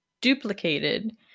duplicated